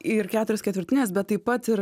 ir keturios ketvirtinės bet taip pat ir